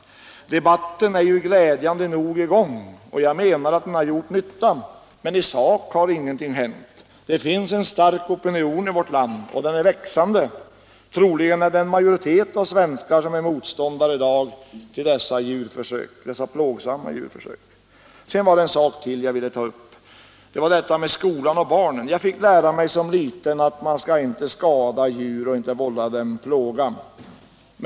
Men debatten är glädjande nog i gång, och jag menar att den har gjort nytta, även om ingenting har hänt i sak. Det finns en stark opinion i vårt land, och den är växande — troligen är majoriteten av svenskarna i dag motståndare till dessa plågsamma djurförsök. Sedan vill jag ta upp ytterligare en sak, nämligen frågan om skolan och barnen. Som liten fick jag lära mig att man inte skulle skada djur eller vålla dem plåga.